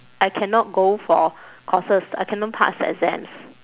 I cannot go for courses I cannot pass exams